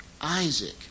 Isaac